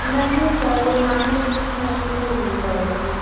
नहीं सर कोई माँगा नहीं था मैं अपने से ही लेकर आई थी